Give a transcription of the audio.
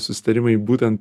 susitarimai būtent